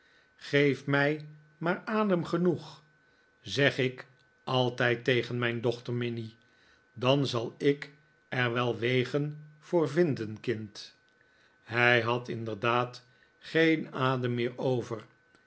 geef mij maar adem genoeg zeg ik altijd tegen mijn dochter minnie dan zal ik er wel wegen voor vinden kind hij had inderdaad geen adem meer over